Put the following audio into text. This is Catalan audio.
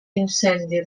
incendi